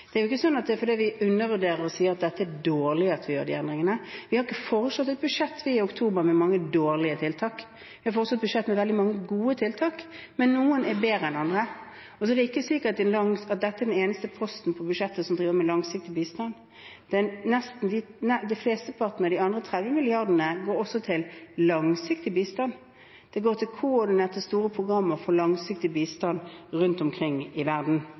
Det er jo ikke sånn at det er fordi vi undervurderer og sier at dette er dårlig, at vi gjør de endringene. Vi foreslo ikke et budsjett i oktober med mange dårlige tiltak. Vi foreslo et budsjett med veldig mange gode tiltak, men noen er bedre enn andre. Og så er det ikke sikkert at dette er den eneste posten på budsjettet som dreier seg om langsiktig bistand. Mesteparten av de andre 30 mrd. kr går også til langsiktig bistand. Det går til koordinerte store programmer for langsiktig bistand rundt omkring i verden,